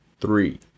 Three